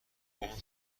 اون